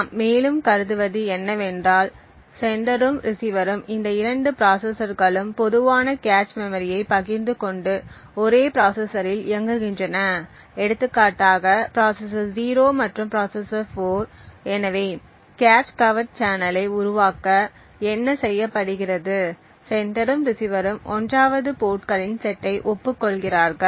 நாம் மேலும் கருதுவது என்னவென்றால் செண்டரும் ரிஸீவரும் இந்த இரண்டு ப்ராசசர்களும் பொதுவான கேச் மெமரியைப் பகிர்ந்துகொண்டு ஒரே ப்ராசசரில் இயங்குகின்றன எடுத்துக்காட்டாக ப்ராசசர் 0 மற்றும் ப்ராசசர் 4 எனவே கேச் கவர்ட் சேனலை உருவாக்க என்ன செய்யப்படுகிறது செண்டரும் ரிஸீவரும் 1 வது போர்ட்களின் செட்டை ஒப்புக்கொள்கிறார்கள்